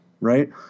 right